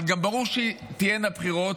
אבל ברור שתהיינה בחירות,